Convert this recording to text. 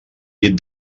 llit